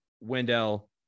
Wendell